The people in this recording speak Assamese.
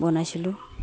বনাইছিলোঁ